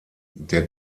der